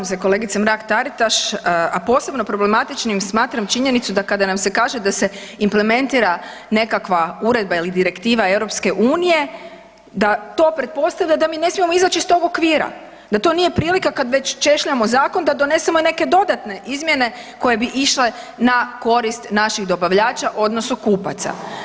Slažem se kolegice Mrak Taritaš, a posebno problematičnim smatram činjenicu da kada nam se kaže da se implementira nekakva uredba ili direktiva EU da to pretpostavlja da mi ne smijemo izaći iz tog okvira, da to nije prilika da kad već češljamo zakon da donesemo da i neke dodatne izmjene koje bi išle na korist naših dobavljača odnosu kupaca.